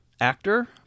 actor